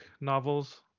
novels